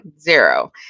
zero